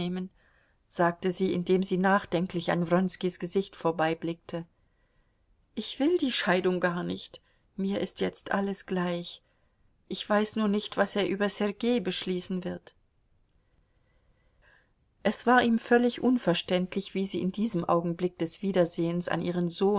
sagte sie indem sie nachdenklich an wronskis gesicht vorbeiblickte ich will die scheidung gar nicht mir ist jetzt alles gleich ich weiß nur nicht was er über sergei beschließen wird es war ihm völlig unverständlich wie sie in diesem augenblick des wiedersehens an ihren sohn